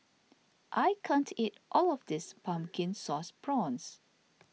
I can't eat all of this Pumpkin Sauce Prawns